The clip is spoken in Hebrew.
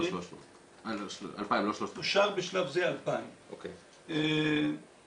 לא 3,000. אושר בשלב זה 2,000. הרי